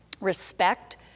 respect